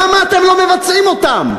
למה אתם לא מבצעים אותן?